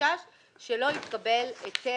החשש הוא שלא יתקבל היתר